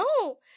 no